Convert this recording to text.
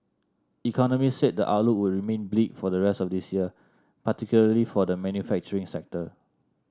economists said the outlook would remain bleak for the rest of this year particularly for the manufacturing sector